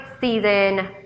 season